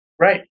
Right